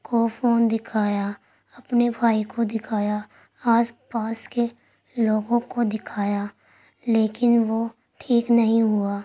کو فون دکھایا اپنے بھائی کو دکھایا آس پاس کے لوگوں کو دکھایا لیکن وہ ٹھیک نہیں ہوا